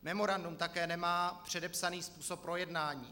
Memorandum také nemá předepsaný způsob projednání.